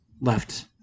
left